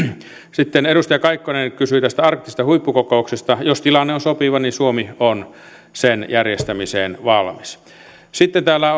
sitten edustaja kaikkonen kysyi tästä arktisesta huippukokouksesta jos tilanne on sopiva niin suomi on sen järjestämiseen valmis sitten täällä